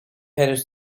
henüz